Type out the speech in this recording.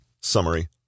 Summary